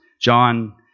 John